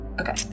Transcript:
Okay